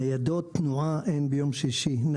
ניידות תנועה אין ביום שישי,